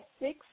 six